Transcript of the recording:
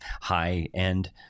high-end